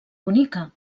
bonica